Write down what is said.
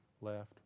left